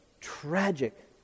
tragic